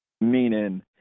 meaning